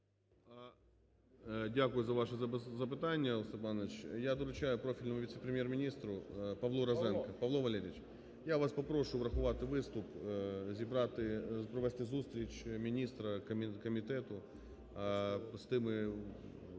Дякую за ваше запитання, Олег Степанович. Я доручаю профільному віце-прем'єр-міністру Павлу Розенко. Павло Валерійович, я вас попрошу врахувати виступ, зібрати, провести зустріч міністра, комітету з тими членами